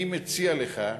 אני מציע לך,